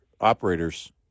operators